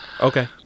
Okay